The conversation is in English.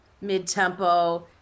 mid-tempo